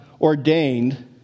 ordained